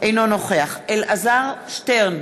אינו נוכח אלעזר שטרן,